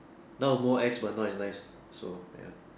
now more ex but not as nice so ya